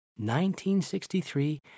1963